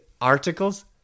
articles